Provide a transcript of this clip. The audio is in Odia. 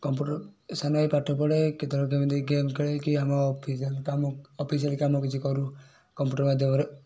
କମ୍ପୁଟର୍ ସାନ ଭାଇ ପାଠ ପଢ଼େ କେତେବେଳେ କେମିତି ଗେମ୍ ଖେଳେ କି ଆମ ଅଫିସିଆଲ୍ କାମ ଅଫିସିଆଲ୍ କାମ କିଛି କରୁ କମ୍ପୁଟର୍ ମାଧ୍ୟମରେ